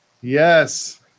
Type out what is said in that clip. Yes